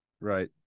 Right